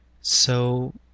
So